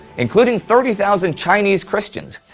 including thirty thousand chinese christians.